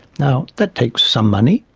now that takes some money,